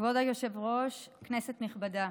כבוד היושב-ראש, כנסת נכבדה,